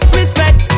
respect